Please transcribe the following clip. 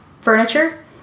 furniture